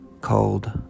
called